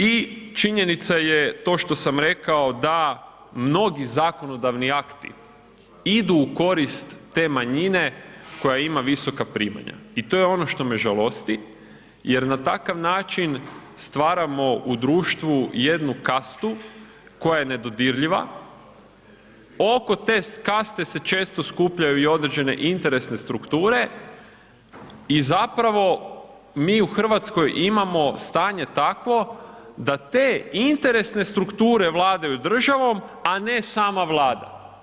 I činjenica je to što sam rekao da mnogi zakonodavni akti idu u korist te manjine koja ima visoka primanja i to je ono što me žalosti jer na takav način stvaramo u društvu jednu kastu koja je nedodirljiva, oko te kaste se često skupljaju i određene interesne strukture i zapravo mi u Hrvatskoj imamo stanje takvo da te interesne strukture vladaju državom a ne sama Vlada.